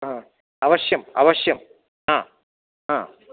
हा अवश्यम् अवश्यं हा हा